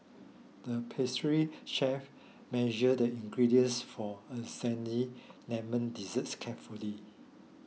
the pastry chef measured the ingredients for a lemon desserts carefully